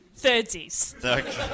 thirdsies